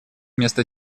вместо